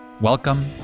Welcome